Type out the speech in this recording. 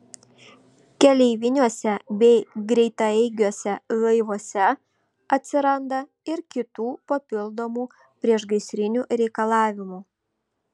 keleiviniuose bei greitaeigiuose laivuose atsiranda ir kitų papildomų priešgaisrinių reikalavimų